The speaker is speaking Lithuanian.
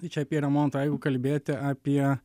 čia apie remontą jeigu kalbėti apie